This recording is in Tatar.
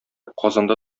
казанда